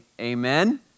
amen